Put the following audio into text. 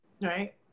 Right